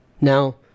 Now